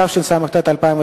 התשס"ט 2009,